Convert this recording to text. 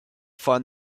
find